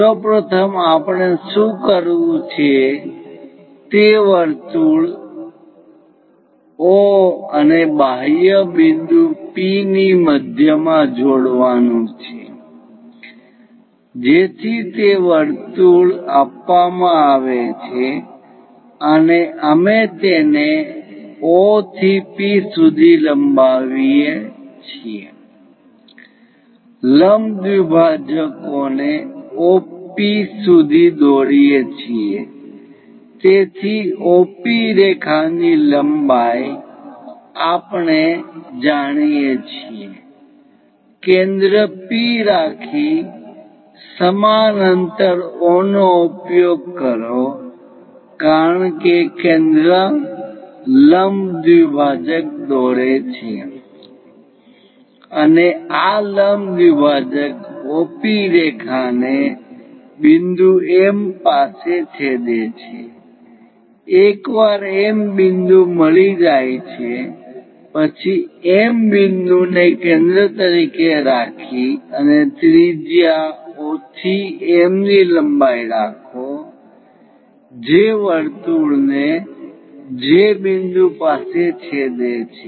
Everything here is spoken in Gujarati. સૌ પ્રથમ આપણે શું કરવું છે તે વર્તુળ O અને બાહ્ય બિંદુ P ની મધ્યમાં જોડાવાનું છે જેથી તે વર્તુળ આપવામાં આવે છે અને અમે તેને O થી P સુધી લંબાવી લંબ દ્વિભાજકને OP સુધી દોરીએ છીએ તેથી OP રેખા ની લંબાઈ આપણે જાણીએ છીએ કેન્દ્ર P રાખી સમાન અંતર O નો ઉપયોગ કરો કારણ કે કેન્દ્ર લંબ દ્વિભાજક દોરે છે અને આ લંબ દ્વિભાજક OP રેખા ને બિંદુ M પાસે છેદે છે એકવાર M બિંદુ મળી જાય પછી M બિંદુ ને કેન્દ્ર તરીકે રાખી અને ત્રિજ્યા O થી M ની લંબાઈ રાખો જે વર્તુળને J બિંદુ પાસે છેદે છે